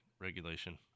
regulation